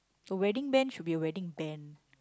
a wedding band should be a wedding band